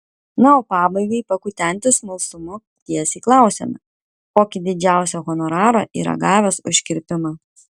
na o pabaigai pakutenti smalsumo tiesiai klausiame kokį didžiausią honorarą yra gavęs už kirpimą